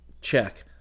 Check